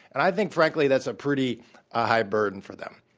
and i think frankly that's a pretty ah high burden for them.